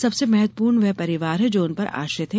सबसे महत्वपूर्ण है वह परिवार जो उन पर आश्रित है